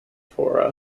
for